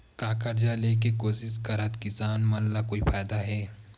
का कर्जा ले के कोशिश करात किसान मन ला कोई फायदा हे?